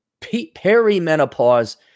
perimenopause